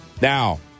Now